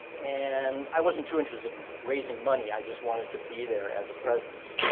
and i wasn't too interested in raising money. i just wanted to be there as a presence.